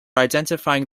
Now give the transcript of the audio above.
identifying